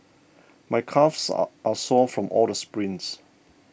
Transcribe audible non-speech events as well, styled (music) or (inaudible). my calves (hesitation) are sore from all the sprints